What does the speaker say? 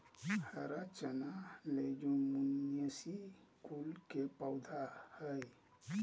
हरा चना लेज्युमिनेसी कुल के पौधा हई